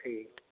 ठीक